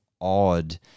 odd